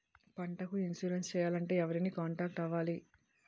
పంటకు ఇన్సురెన్స్ చేయాలంటే ఎవరిని కాంటాక్ట్ అవ్వాలి?